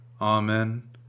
Amen